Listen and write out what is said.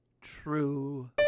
true